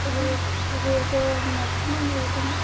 rate rate maximum rate ਨਾ